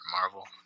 Marvel